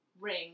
ring